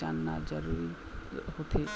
जानना जरूरी होथे